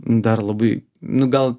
dar labai nu gal